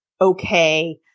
okay